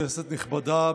כנסת נכבדה,